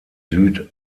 süd